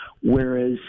whereas